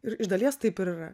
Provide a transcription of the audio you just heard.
ir iš dalies taip ir yra